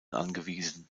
angewiesen